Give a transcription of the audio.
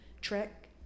Trek